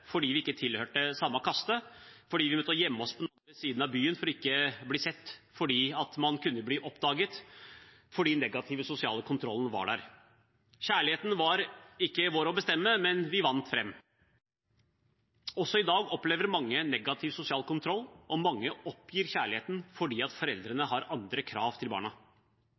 fordi vi ikke tilhørte samme kaste. Vi måtte gjemme oss på den andre siden av byen for ikke å bli sett – man kunne bli oppdaget fordi den negative sosiale kontrollen var der. Kjærligheten var ikke vår å bestemme, men vi vant fram. Også i dag opplever mange negativ sosial kontroll, og mange oppgir kjærligheten fordi foreldrene har andre krav til barna.